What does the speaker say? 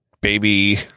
baby